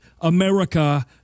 America